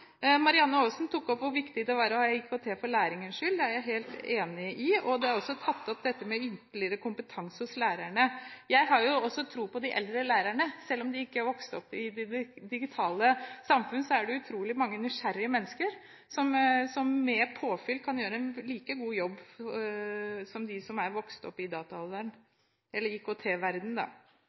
Marianne Aasen tok opp hvor viktig det er å ha IKT for læringens skyld, og det er jeg helt enig i. Det med ytterligere kompetanse hos lærerne har også blitt tatt opp. Jeg har også tro på de eldre lærerne. Selv om de ikke har vokst opp i det digitale samfunnet, er det utrolig mange nysgjerrige mennesker, som med påfyll kan gjøre en like god jobb som dem som har vokst opp i dataalderen eller